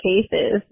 cases